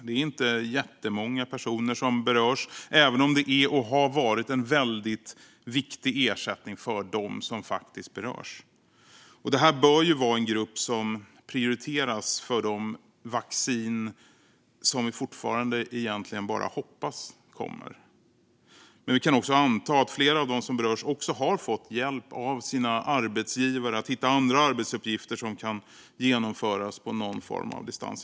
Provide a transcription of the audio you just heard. Det är inte jättemånga personer som berörs - även om det är, och har varit, en väldigt viktig ersättning för dem som faktiskt berörs. Det här bör vara en grupp som prioriteras för de vacciner som vi fortfarande egentligen bara hoppas på kommer. Vi kan dock också anta att flera av dem som berörs har fått hjälp av sina arbetsgivare att hitta andra arbetsuppgifter som kan genomföras på någon form av distans.